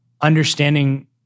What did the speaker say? understanding